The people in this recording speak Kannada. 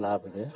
ಲಾಭ ಇದೆ